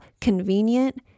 convenient